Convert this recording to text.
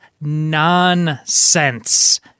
nonsense